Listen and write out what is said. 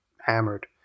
Hammered